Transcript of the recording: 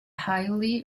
highly